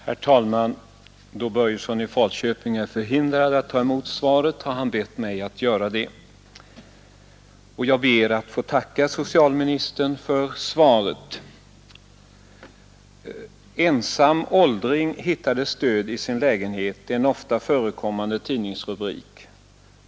Herr talman! Då herr Börjesson i Falköping är förhindrad att ta emot svaret, har han bett mig att göra det, och jag ber att få tacka socialministern för svaret. ”Ensam åldring hittades död i sin lägenhet” är en ofta förekommande tidningsrubrik.